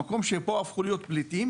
המקום שבו הם הפכו להיות פליטים,